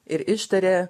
ir ištarė